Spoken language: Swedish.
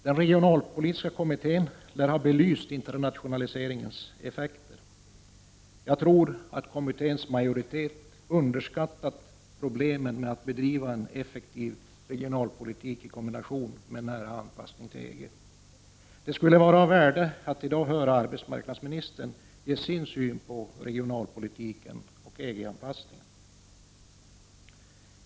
Den regionalpolitiska kommittén lär ha belyst internationaliseringens effekter. Jag tror att kommitténs majoritet underskattat problemen med att bedriva en effektiv regionalpolitik samtidigt med att man åstadkommer en nära anpassning till EG: Det skulle vara av värde att i dag höra arbetsmarknadsministerns syn på regionalpolitiken och EG-anpassningen.